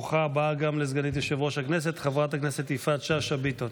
ברוכה הבאה גם לסגנית יושב-ראש הכנסת חברת הכנסת יפעת שאשא ביטון.